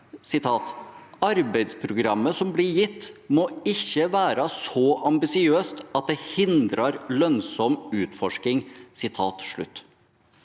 «Arbeidsprogrammet som blir gitt, må ikkje vere så ambisiøst at det hindrar lønnsam utforsking.»